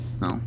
No